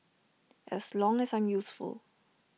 as long as I'm useful